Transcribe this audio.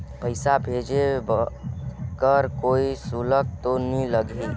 पइसा भेज कर कोई शुल्क तो नी लगही?